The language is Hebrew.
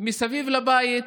מסביב לבית,